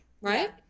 right